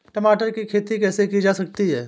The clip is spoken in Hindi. टमाटर की खेती कैसे की जा सकती है?